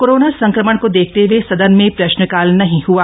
corona संक्रमण को देखते हुए सदन में प्रश्नकाल नहीं हुआ